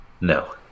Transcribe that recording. No